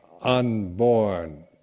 unborn